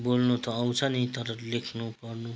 बोल्नु त आउँछ नि तर लेख्नु पढ्नु